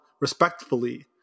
respectfully